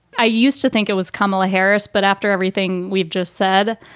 i used to think it was kamala harris, but after everything we've just said,